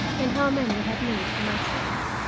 and how many i had made for myself.